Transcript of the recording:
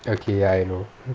okay I know